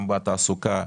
גם בתעסוקה,